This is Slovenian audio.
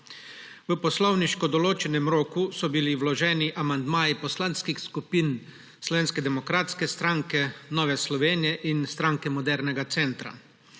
V poslovniško določenem roku so bili vloženi amandmaji poslanskih skupin Slovenske demokratske stranke, Nove Slovenije in Stranke modernega centra.